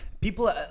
People